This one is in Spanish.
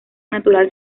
natural